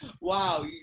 wow